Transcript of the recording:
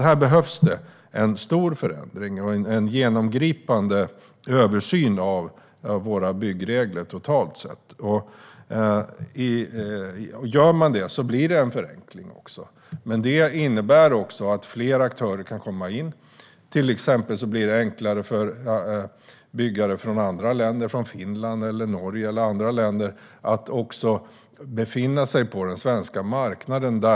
Här behövs det en stor förändring och en genomgripande översyn av våra byggregler totalt. Gör vi detta blir det en förenkling. Det innebär också att fler aktörer kan komma in. Det blir till exempel enklare för byggare från andra länder, till exempel från Finland eller Norge, att befinna sig på den svenska marknaden.